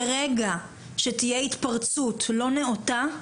ברגע שתהיה התפרצות לא נאותה,